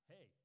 Hey